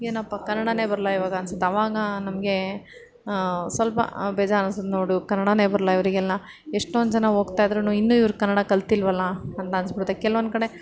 ಏನಪ್ಪ ಕನ್ನಡನೇ ಬರಲ್ಲ ಇವಾಗ ಅನ್ಸುತ್ತೆ ಅವಾಗ ನಮಗೆ ಸ್ವಲ್ಪ ಬೇಜಾರು ಅನ್ಸುತ್ತೆ ನೋಡು ಕನ್ನಡನೆ ಬರಲ್ಲ ಇವರಿಗೆಲ್ಲ ಎಷ್ಟೊಂದು ಜನ ಹೋಗ್ತಾಯಿದ್ದರೂ ಇನ್ನೂ ಇವ್ರು ಕನ್ನಡ ಕಲಿತಿಲ್ವಲ್ಲ ಅಂತ ಅನ್ನಿಸ್ಬಿಡುತ್ತೆ ಕೆಲ್ವೊಂದು ಕಡೆ